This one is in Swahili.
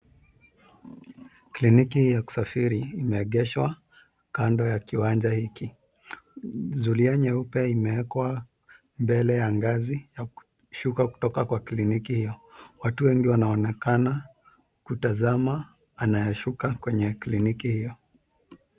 Kliniki hii ya kusafiri imeegeshwa kando ya kiwanja hiki. Zulia nyeupe imewekwa mbele ya ngazi ya kushuka kutoka kwa kliniki hio. Watu wengi wanaonekana kumtazama anayeshuka kwenye kliniki hio.